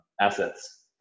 assets